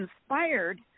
inspired